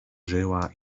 żyła